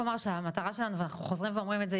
שהמטרה שלנו ואנחנו חוזרים ואומרים את זה,